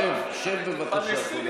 שב, שב, בבקשה.